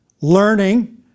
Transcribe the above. learning